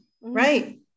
right